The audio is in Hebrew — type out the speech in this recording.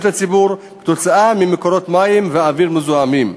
הציבור כתוצאה ממקורות מים ואוויר מזוהמים.